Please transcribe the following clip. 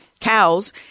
Cows